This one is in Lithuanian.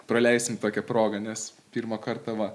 praleisim tokią progą nes pirmą kartą va